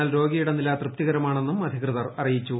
എന്നാൽ രോഗിയുടെ നില തൃപ്തികരമാണെന്നും അധികൃതർ അറിയിച്ചു